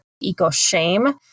eco-shame